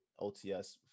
ots